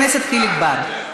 לא בשבילנו.